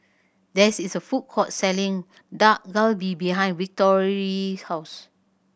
there is a food court selling Dak Galbi behind Victory's house